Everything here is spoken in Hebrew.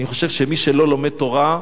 אני חושב שמי שלא לומד תורה,